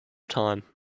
time